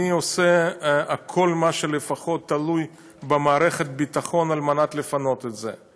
אני עושה לפחות כל מה שתלוי במערכת הביטחון כדי לפנות את זה.